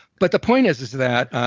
but the point is is that